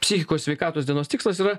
psichikos sveikatos dienos tikslas yra